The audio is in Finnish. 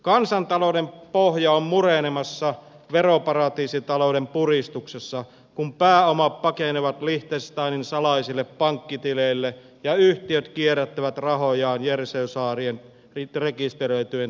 kansantalouden pohja on murenemassa veroparatiisitalouden puristuksessa kun pääomat pakenevat liechtensteinin salaisille pankkitileille ja yhtiöt kierrättävät rahojaan jersey saaren rekisteröityjen tytäryhtiöiden kautta